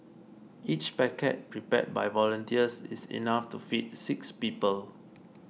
each packet prepared by volunteers is enough to feed six people